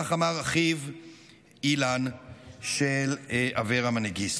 כך אמר אחיו של אברה מנגיסטו,